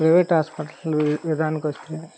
private hospital విధానానకి వస్తే